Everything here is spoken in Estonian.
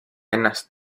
ennast